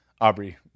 Aubrey